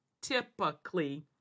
typically